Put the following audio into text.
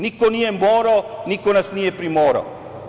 Niko nije morao, niko nas nije primorao.